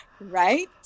Right